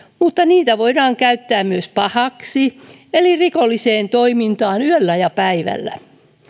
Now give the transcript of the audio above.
mutta niitä voidaan käyttää myös pahaksi eli rikolliseen toimintaan yöllä ja päivällä